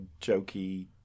jokey